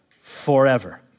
forever